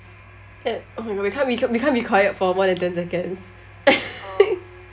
oh my god we can't be we can't be quiet for more than ten seconds